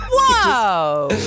Whoa